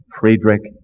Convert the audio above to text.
Friedrich